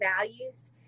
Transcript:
values